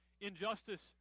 injustice